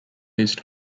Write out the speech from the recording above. east